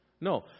No